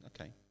okay